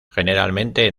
generalmente